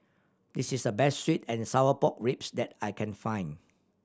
this is the best sweet and sour pork ribs that I can find